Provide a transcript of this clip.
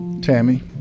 Tammy